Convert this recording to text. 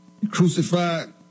Crucified